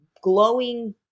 glowing